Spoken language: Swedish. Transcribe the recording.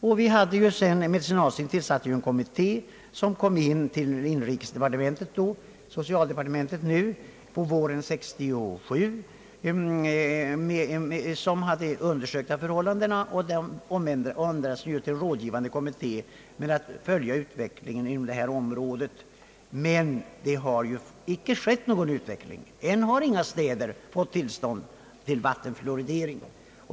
Medicinalstyrelsen tillsatte en kommitté rörande fluorideringsfrågorna, som inlämnade sitt betänkande till socialdepartementet under våren 1967. Kommittén hade undersökt dessa förhållanden och fick uppdraget att i fortsättningen fungera som en rådgivande kommitté till departementet med uppgift att följa utvecklingen inom detta område. Men det har inte skett någon utveckling. Ännu har inga städer fått tillstånd till vattenfluoridering.